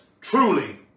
truly